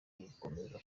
gukomeza